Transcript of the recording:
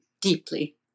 deeply